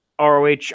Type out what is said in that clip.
ROH